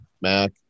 Mac